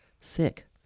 sick